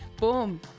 Boom